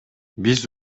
биз